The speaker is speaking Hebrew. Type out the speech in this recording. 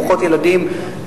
ברוכות ילדים,